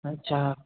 আচ্ছা